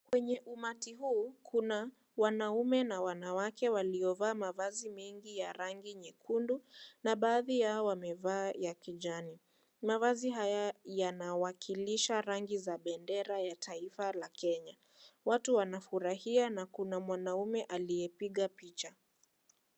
Kwenye umati huu kuna wanaume na wanawake waliovaa mavazi mengi ya rangi nyekundu na baadhi yao wamevaa ya kijani, mavazi haya yanawakilisha rangi za bendera ya taifa la Kenya watu wanafurahia na kuna mwanaume aliyepiga picha.